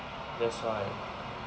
that's why